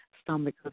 stomach